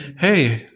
hey,